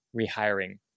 rehiring